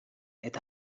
eta